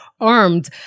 armed